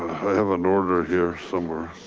have an order here somewhere.